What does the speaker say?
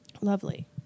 Lovely